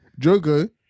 Jogo